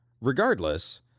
Regardless